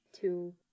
Two